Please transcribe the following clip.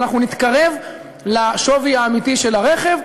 אבל אנחנו נתקרב לשווי האמיתי של הרכב,